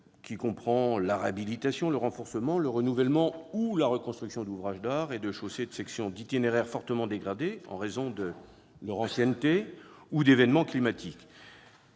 consistent à réhabiliter, renforcer, renouveler ou reconstruire des ouvrages d'art et des chaussées de sections d'itinéraires fortement dégradées en raison de leur ancienneté ou d'événements climatiques.